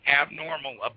abnormal